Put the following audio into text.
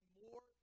more